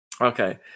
Okay